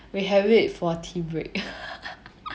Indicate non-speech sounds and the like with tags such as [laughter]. we have it for tea break [laughs]